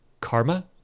karma